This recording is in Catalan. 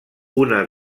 una